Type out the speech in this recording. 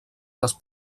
les